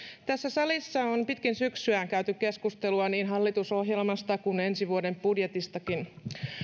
tässä salissa on pitkin syksyä käyty keskustelua niin hallitusohjelmasta kuin ensi vuoden budjetistakin